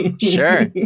Sure